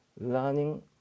learning